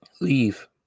leave